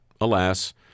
alas